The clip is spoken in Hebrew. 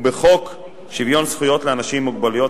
ובחוק שוויון זכויות לאנשים עם מוגבלות,